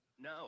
no